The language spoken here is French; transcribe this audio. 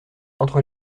entre